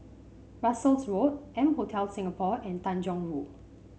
Russels Road M Hotel Singapore and Tanjong Rhu